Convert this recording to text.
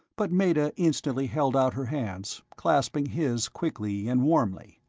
but meta instantly held out her hands, clasping his quickly and warmly.